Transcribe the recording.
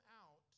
out